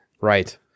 right